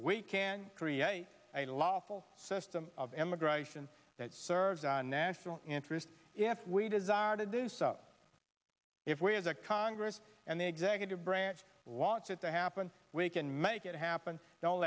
we can create a lawful system of emigration that serves our national interest if we desire to do so if we as a congress and the executive branch wants it to happen we can make it happen all